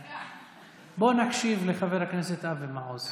בוא נקשיב לחבר הכנסת אבי מעוז.